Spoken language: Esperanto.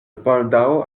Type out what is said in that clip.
baldaŭ